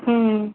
ம்